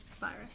virus